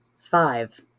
Five